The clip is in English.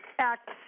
act